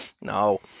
No